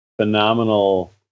phenomenal